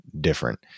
different